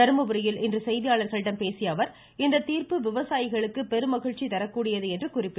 தர்மபுரியில் இன்று செய்தியாளர்களிடம் பேசிய அவர் இந்த தீர்ப்பு விவசாயிகளுக்கு பெரும் மகிழ்ச்சி தரக்கூடியது என்றும் அவர் குறிப்பிட்டார்